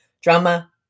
Drama